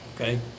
okay